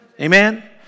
Amen